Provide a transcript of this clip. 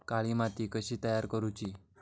काळी माती कशी तयार करूची?